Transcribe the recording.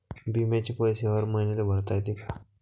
बिम्याचे पैसे हर मईन्याले भरता येते का?